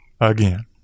again